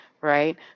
right